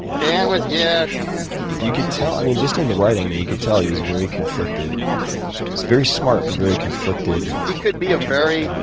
dan was yeah, dan you could tell, i mean just in the writing, you could tell he was very conflicted very smart, but very conflicted. he could be a very,